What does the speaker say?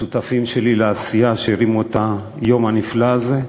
השותפים שלי לעשייה, שהרימו את היום הנפלא הזה,